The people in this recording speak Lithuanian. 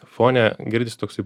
fone girdis toksai